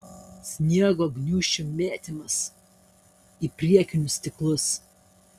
sniego gniūžčių mėtymas į priekinius stiklus